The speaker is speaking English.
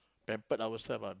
pampered ourselves lah